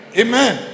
amen